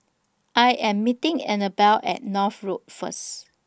I Am meeting Annabelle At North Road First